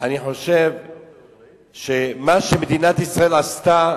אני חושב שמה שמדינת ישראל עשתה